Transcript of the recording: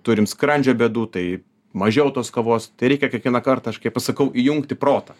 turim skrandžio bėdų tai mažiau tos kovos tai reikia kiekvieną kartą aš kai pasakau įjungti protą